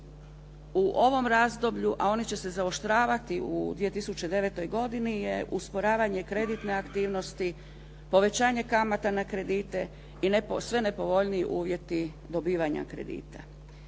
u ovom razdoblju a oni će se zaoštravati u 2009. godini je usporavanje kreditne aktivnosti, povećanje kamata na kredite i sve nepovoljniji uvjeti dobivanja kredita.